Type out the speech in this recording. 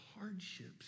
hardships